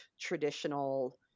traditional